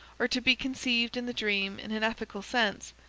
are to be conceived in the dream in an ethical sense.